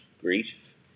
Grief